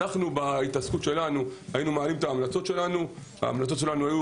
בהתעסקות שלנו היינו מעלים את ההמלצות שלנו והן היו